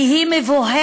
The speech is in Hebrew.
כי היא מבוהלת